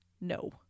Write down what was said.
no